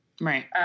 Right